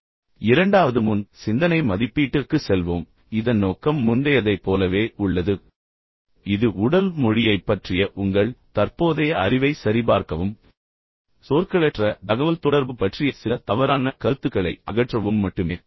இந்த விரிவுரையில் இரண்டாவது முன் சிந்தனை மதிப்பீட்டிற்கு செல்வோம் இதன் நோக்கம் முந்தையதைப் போலவே உள்ளது இது உடல் மொழியைப் பற்றிய உங்கள் தற்போதைய அறிவை சரிபார்க்கவும் சொற்களற்ற தகவல்தொடர்பு பற்றிய சில தவறான கருத்துக்களை அகற்றவும் மட்டுமே